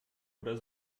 oder